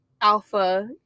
Alpha